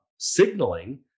signaling